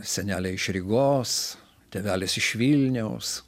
senelė iš rygos tėvelis iš vilniaus